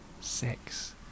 Six